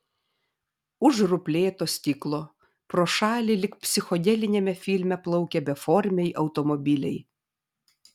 už ruplėto stiklo pro šalį lyg psichodeliniame filme plaukė beformiai automobiliai